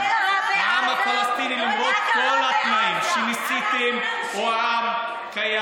העם הפלסטיני, למרות כל התנאים שניסיתם, ומה קרה